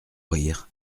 rire